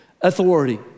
authority